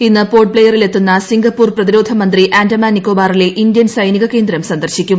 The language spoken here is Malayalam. ഇന്ന് പോർട്ട് ബ്ലെയറിൽ എത്തുന്ന സിംഗപ്പൂർ പ്രതിരോധ മന്ത്രി ആൻഡമാൻ നിക്കോബാറിലെ ഇൻഡ്യൻ സൈനിക കേന്ദ്രം സന്ദർശിക്കും